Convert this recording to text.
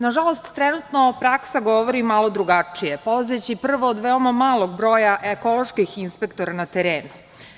Nažalost, trenutno praksa govori malo drugačije, polazeći prvo od veoma malog broja ekoloških inspektora na terenu.